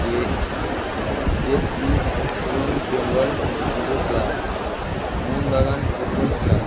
ASC Young Bengal যুব club Mohun Bagan football club